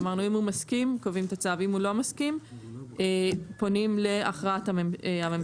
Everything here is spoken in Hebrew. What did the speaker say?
אם הוא מסכים קובעים את הצוף אם הוא לא מסכים פונים להכרעת הממשלה.